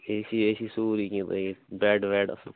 A سی وے سی سورُے کیٚنٛہہ لٲگِتھ بیٚڈ ویٚڈ اَصٕل پٲٹھۍ